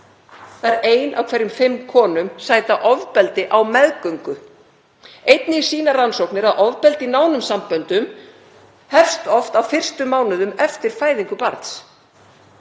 20%. Ein af hverjum fimm konum sæta ofbeldi á meðgöngu. Einnig sýna rannsóknir að ofbeldi í nánum samböndum hefst oft á fyrstu mánuðum eftir fæðingu barns.